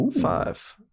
five